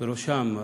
ובראשם,